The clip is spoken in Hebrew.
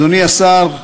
אדוני השר,